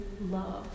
love